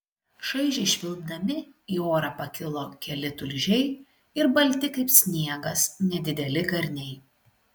šaižiai švilpdami į orą pakilo keli tulžiai ir balti kaip sniegas nedideli garniai